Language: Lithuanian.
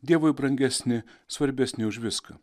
dievui brangesni svarbesni už viską